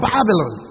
Babylon